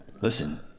Listen